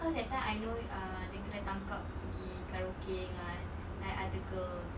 cause that time I know ah dia kena tangkap pergi karaoke dengan like other girls